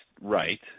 right